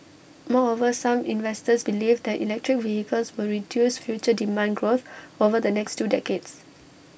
moreover some investors believe that electric vehicles will reduce future demand growth over the next two decades